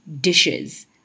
dishes